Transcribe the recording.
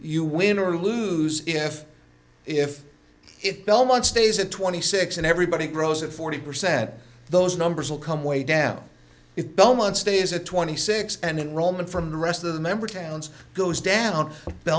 you win or lose if if if belmont stays at twenty six and everybody grows at forty percent those numbers will come way down if belmont stays at twenty six and enrolment from the rest of the member towns goes down